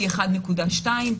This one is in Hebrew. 1.2C,